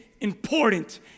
important